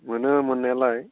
मोनो मोननायालाय